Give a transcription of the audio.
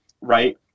Right